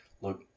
look